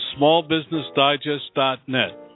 SmallBusinessDigest.net